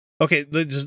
Okay